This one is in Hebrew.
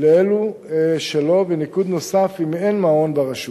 לאלו שלא, וניקוד נוסף אם אין מעון ברשות